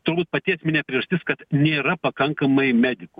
turbūt pati esminė priežastis kad nėra pakankamai medikų